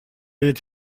est